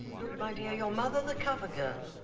look my dear your mother the cover girl.